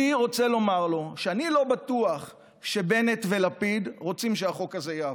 אני רוצה לומר לו שאני לא בטוח שבנט ולפיד רוצים שהחוק הזה יעבור.